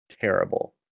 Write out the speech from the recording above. Terrible